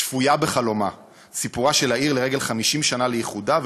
"שפויה בחלומה" סיפורה של העיר לרגל 50 שנה לאיחודה,